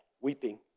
weeping